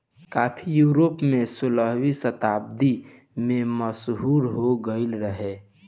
काफी यूरोप में सोलहवीं शताब्दी में मशहूर हो गईल रहे